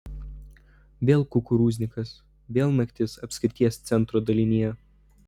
vėl kukurūznikas vėl naktis apskrities centro dalinyje